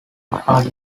are